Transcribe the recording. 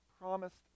promised